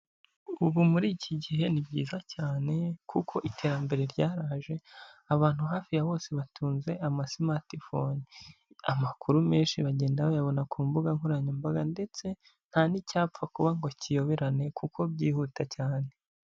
Ubu muri iki gihe ni byiza cyane kuko iterambere ryaraje, abantu hafi ya bose batunze ama simatifoni, amakuru menshi bagenda bayabona ku mbuga nkoranyambaga ndetse nta n'icyapfa kuba ngo kiyoberane kuko byihuta cyane.